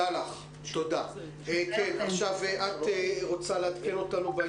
חברת הכנסת ינקלביץ', את רוצה לעדכן אותנו?